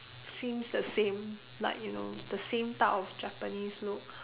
seems the same like you know the same type of Japanese look